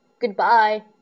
Goodbye